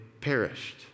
perished